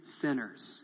sinners